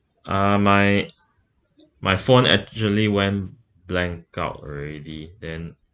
uh my my phone actually went blank out already then